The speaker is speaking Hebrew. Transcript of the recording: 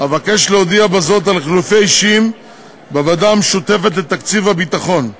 אבקש להודיע בזה על חילופי אישים בוועדה המשותפת לתקציב הביטחון: